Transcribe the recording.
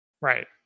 right